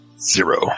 Zero